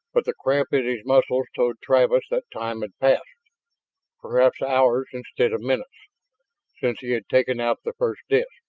but the cramp in his muscles told travis that time had passed perhaps hours instead of minutes since he had taken out the first disk.